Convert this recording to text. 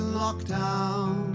lockdown